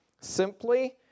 simply